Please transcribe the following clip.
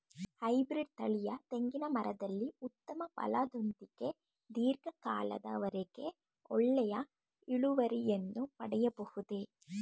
Hybrid ತಳಿಯ ತೆಂಗಿನ ಮರದಲ್ಲಿ ಉತ್ತಮ ಫಲದೊಂದಿಗೆ ಧೀರ್ಘ ಕಾಲದ ವರೆಗೆ ಒಳ್ಳೆಯ ಇಳುವರಿಯನ್ನು ಪಡೆಯಬಹುದೇ?